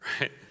Right